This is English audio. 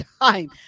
time